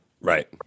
Right